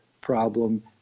problem